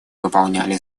выполнили